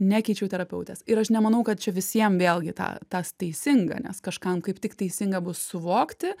nekeičiau terapeutės ir aš nemanau kad čia visiem vėlgi tą tas teisinga nes kažkam kaip tik teisinga bus suvokti